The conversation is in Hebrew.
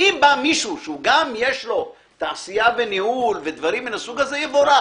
אם יש מישהו שגם יש לו תעשייה וניהול ודברים מהסוג הזה יבורך.